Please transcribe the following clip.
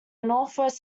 northwest